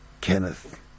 Kenneth